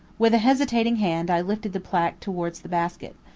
with a hesitating hand i lifted the placque towards the basket.